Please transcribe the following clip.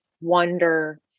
wonder